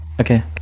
Okay